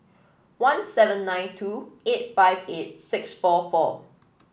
one seven nine two eight five eight six four four